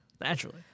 naturally